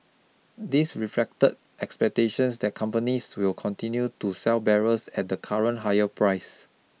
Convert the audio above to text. this reflected expectations that companies will continue to sell barrels at the current higher price